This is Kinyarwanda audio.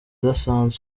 udasanzwe